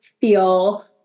feel